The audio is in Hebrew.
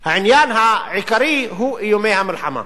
העניין העיקרי הוא איומי המלחמה.